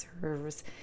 serves